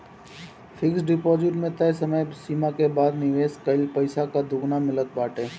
fix deposit में तय समय सीमा के बाद निवेश कईल पईसा कअ दुगुना मिलत बाटे